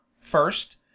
first